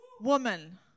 woman